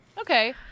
Okay